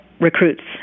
recruits